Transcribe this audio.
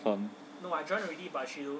firm